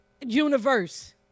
universe